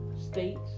states